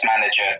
manager